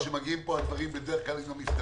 כשמגיעים לפה הדברים, בדרך כלל גם מסתדרים.